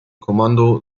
kommando